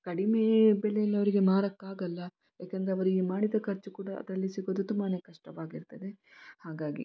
ಕಡಿಮೆ ಬೆಲೆಯಲ್ಲಿ ಅವರಿಗೆ ಮಾರೋಕ್ಕಾಗಲ್ಲ ಯಾಕಂದರೆ ಅವರಿಗೆ ಮಾಡಿದ ಖರ್ಚು ಕೂಡ ಅದರಲ್ಲಿ ಸಿಗೋದು ತುಂಬಾ ಕಷ್ಟವಾಗಿರ್ತದೆ ಹಾಗಾಗಿ